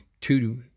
two